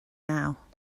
now